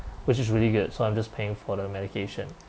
which is really good so I'm just paying for the medication